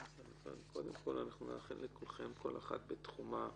קודם כול אנחנו נאחל לכולכן, כל אחת בתחומה,